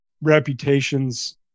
reputations